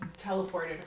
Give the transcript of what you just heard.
teleported